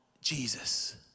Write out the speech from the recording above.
Jesus